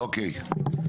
אוקיי.